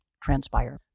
transpire